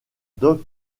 doc